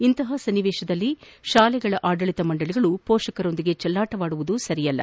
ಇಂತಹ ಸನ್ನಿವೇಶದಲ್ಲಿ ಶಾಲೆಗಳ ಆಡಳಿತ ಮಂಡಳಿಗಳು ಮೋಷಕರ ಜೊತೆ ಚೆಲ್ಲಾಟವಾಡುವುದು ಸರಿಯಲ್ಲ